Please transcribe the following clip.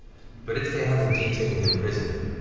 but if they have indeed taken him prisoner